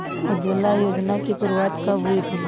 उज्ज्वला योजना की शुरुआत कब हुई थी?